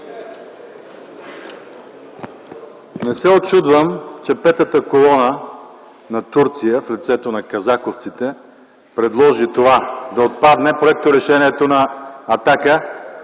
Не се учудвам, че петата колона на Турция, в лицето на казаковците, предложи да отпадне проекторешението на „Атака”